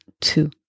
two